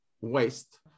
waste